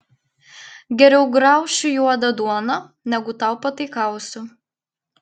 geriau graušiu juodą duoną negu tau pataikausiu